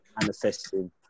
manifesting